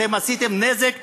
אתם עשיתם נזק בל-יתוקן.